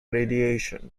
radiation